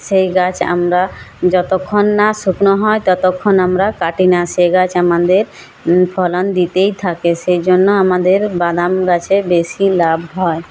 সেই গাছ আমরা যতক্ষণ না শুকনো হয় ততক্ষণ আমরা কাটি না সে গাছ আমাদের ফলন দিতেই থাকে সেই জন্য আমাদের বাদাম গাছে বেশি লাভ হয়